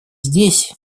здесь